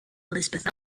elizabeth